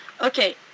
okay